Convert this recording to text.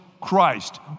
Christ